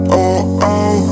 oh-oh